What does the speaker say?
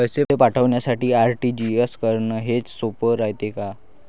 पैसे पाठवासाठी आर.टी.जी.एस करन हेच सोप रायते का?